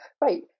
Right